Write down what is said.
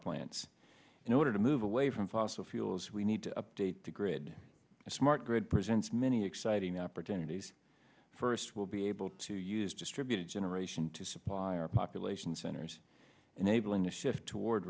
plants in order to move away from fossil fuels we need to update the grid smart grid presents many exciting opportunities first will be able to use distributed generation to supply our population centers and able in a shift toward